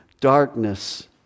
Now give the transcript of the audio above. Darkness